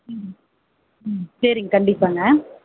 ம் ம் சரிங்க கண்டிப்பாகங்க